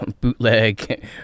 bootleg